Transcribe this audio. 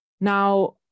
Now